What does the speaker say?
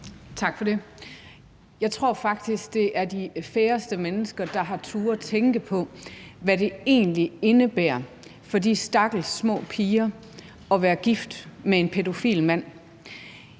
Tak for det. Jeg tror faktisk, at det er de færreste mennesker, der har turdet tænke på, hvad det egentlig indebærer for de stakkels små piger at være gift med en pædofil mand.